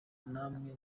namwe